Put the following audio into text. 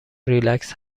ریلکس